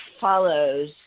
follows